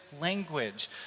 language